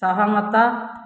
ସହମତ